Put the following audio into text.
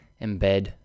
embed